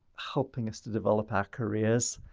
helping us to develop our careers.